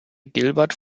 gilbert